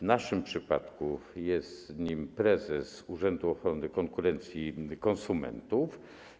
W naszym przypadku jest nim prezes Urzędu Ochrony Konkurencji i Konsumentów.